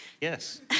Yes